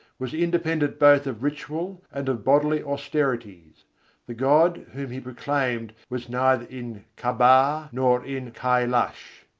was independent both of ritual and of bodily austerities the god whom he proclaimed was neither in kaaba nor in kailash.